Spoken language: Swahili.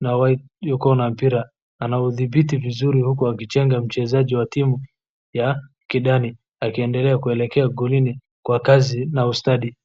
na white yuko na mpira , anaudhibiti vizuri huku akichenga mchezaji wa timu ya kijani akiendelea kuelekea golini kwa stadi na kasi .